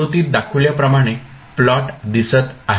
आकृतीत दाखवल्याप्रमाणे प्लॉट दिसत आहे